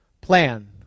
plan